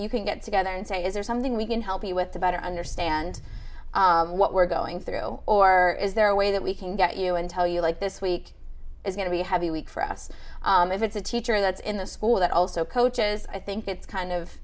you can get together and say is there something we can help you with to better understand what we're going through or is there a way that we can get you and tell you like this week is going to be heavy week for us if it's a teacher that's in the school that also coaches i think it's kind of